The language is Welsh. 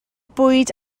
bwyd